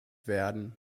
werden